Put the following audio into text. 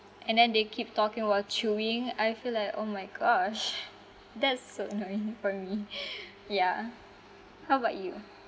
and then they keep talking while chewing I feel like oh my gosh that's so annoying for me yeah how about you